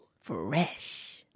Fresh